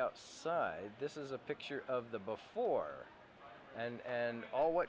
outside this is a picture of the before and all what